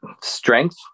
strength